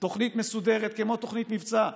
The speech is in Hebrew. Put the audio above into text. תוכנית מסודרת כמו תוכנית מבצע,